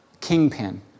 Kingpin